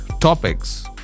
topics